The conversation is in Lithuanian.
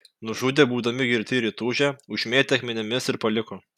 nužudė būdami girti ir įtūžę užmėtė akmenimis ir paliko